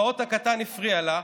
הפעוט הקטן הפריע לה,